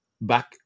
back